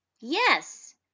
Yes